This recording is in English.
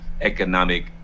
economic